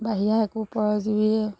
বাহিৰা একো পৰজীৱীয়ে